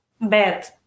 bad